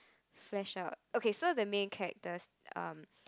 flesh out okay so the main character's um